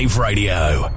Radio